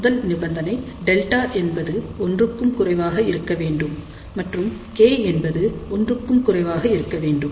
முதல் நிபந்தனை டெல்டா என்பது 1 க்கும் குறைவாக இருக்க வேண்டும் மற்றும் k என்பது 1 க்கும் குறைவாக இருக்க வேண்டும்